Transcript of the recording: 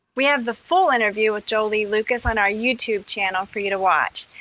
we have the full interview with jolie lucas on our youtube channel for you to watch.